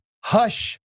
hush